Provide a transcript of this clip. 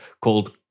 called